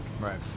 Right